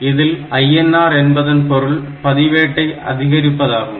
இதில் INR என்பதன் பொருள் பதிவேட்டை அதிகரிப்பதாகும்